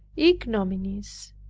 ignominies,